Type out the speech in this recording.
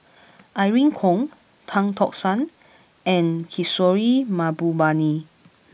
Irene Khong Tan Tock San and Kishore Mahbubani